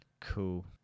cool